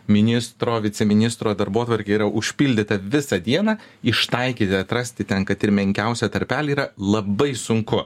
ministro viceministro darbotvarkė yra užpildyta visą dieną ištaikyti atrasti ten kad ir menkiausią tarpelį yra labai sunku